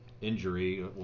injury